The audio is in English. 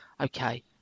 okay